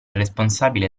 responsabile